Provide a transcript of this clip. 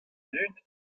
dud